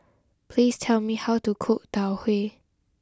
please tell me how to cook Tau Huay